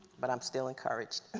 but i'm still encouraged.